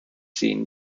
seeing